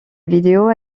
vidéo